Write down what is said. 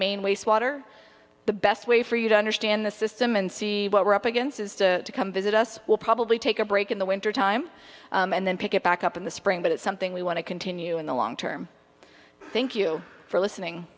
wastewater the best way for you to understand the system and see what we're up against is to come visit us will probably take a break in the winter time and then pick it back up in the spring but it's something we want to continue in the long term thank you for listening